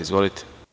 Izvolite.